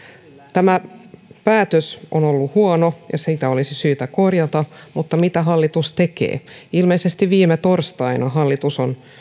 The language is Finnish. tämä päätös on on ollut huono ja se olisi syytä korjata mutta mitä hallitus tekee ilmeisesti viime torstaina hallitus on